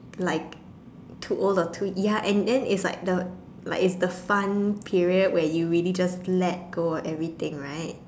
like too old or too young and then is like the is like the fun period where you really just let go of everything right